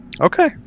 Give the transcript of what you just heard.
Okay